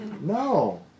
No